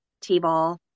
T-ball